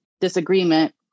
disagreement